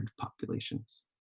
populations